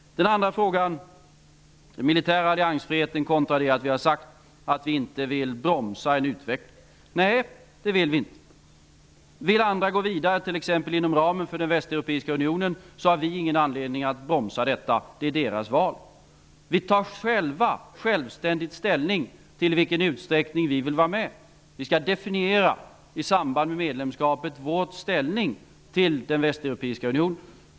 Den andra frågan handlade om den militära alliansfriheten kontra det att vi har sagt att vi inte vill bromsa en utveckling. Nej, det vill vi inte. Om andra vill gå vidare t.ex. inom ramen för den västeuropeiska unionen har vi ingen anledning att bromsa detta. Det är deras val. Vi tar själva självständigt ställning till i vilken utsträckning vi vill vara med. I samband med medlemskapet skall vi definiera vår ställning till den västeuropeiska unionen.